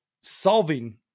solving